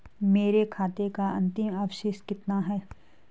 मेरे खाते का अंतिम अवशेष कितना है?